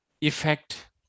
effect